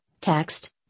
text